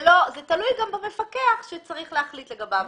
זה תלוי גם במפקח שצריך להחליט לגביו.